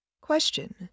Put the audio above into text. Question